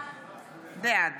בעד